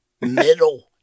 Middle